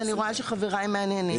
ואני רואה שחבריי מהנהנים.